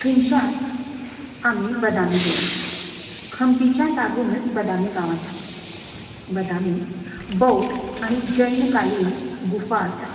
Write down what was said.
थंयंचान आमी बदामी गेलीं खंपिच्या लागुनच बदामी गांव आसा बदामी बौद आनी जैन कालीन गुफा आसात